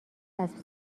اسب